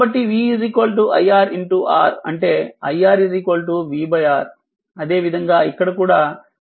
కాబట్టి v iR R అంటే i R v R అదేవిధంగా ఇక్కడ కూడా i C C dv dt